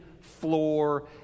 floor